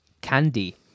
Candy